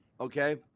okay